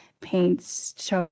paints